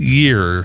year